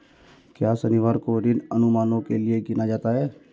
क्या शनिवार को ऋण अनुमानों के लिए गिना जाता है?